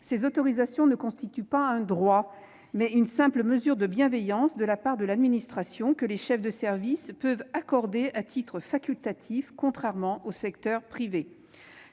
ces autorisations constituent non pas un droit, mais une simple « mesure de bienveillance » de la part de l'administration, que les chefs de service peuvent accorder à titre facultatif, contrairement à ce qui